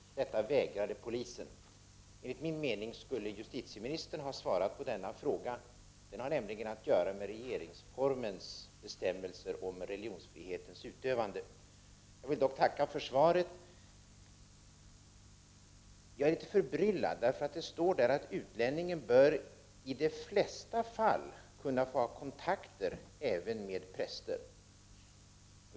Detta vägrade polisen. Enligt min mening skulle justitieministern ha svarat på denna fråga. Den har nämligen att göra med regeringsformens bestämmelser om religionsfrihetens utövande. Jag vill dock tacka för svaret. Jag är litet förbryllad därför att det står i svaret att utlänningen bör ”i de flesta fall kunna få ha kontakter med —-—-—- även prästen”.